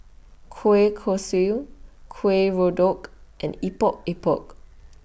Kueh Kosui Kuih and Epok Epok